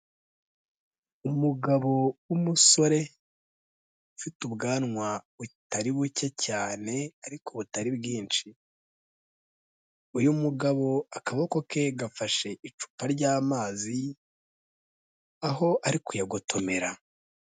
Umugabo w'umusore, ufite ubwanwa butari buke cyane ariko butari bwinshi, uyu mugabo akaboko ke gafashe icupa ry'amazi aho ari kuyagotomera.